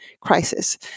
crisis